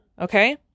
Okay